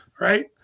right